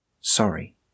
Sorry